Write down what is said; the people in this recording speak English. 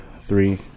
three